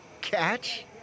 Catch